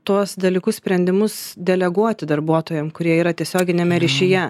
tuos dalykus sprendimus deleguoti darbuotojam kurie yra tiesioginiame ryšyje